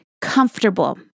comfortable